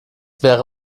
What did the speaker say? wäre